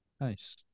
Nice